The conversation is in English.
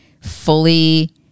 fully